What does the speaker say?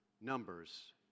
numbers